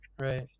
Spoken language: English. Right